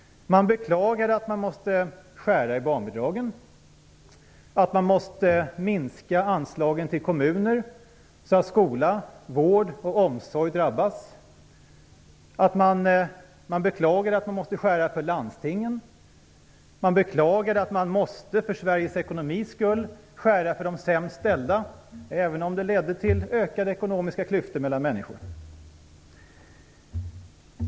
Man beklagade att man måste skära i barnbidragen, att man måste minska anslagen till kommuner, så att skola, vård och omsorg drabbas. Man beklagade att man måste skära för landstingen, man beklagade att man för Sveriges ekonomis skull måste skära för de sämst ställda, även om det ledde till ökade ekonomiska klyftor mellan människor.